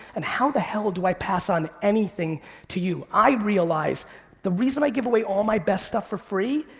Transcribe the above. and how the hell do i pass on anything to you? i realize the reason i give away all my best stuff for free,